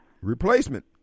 Replacement